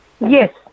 Yes